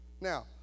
Now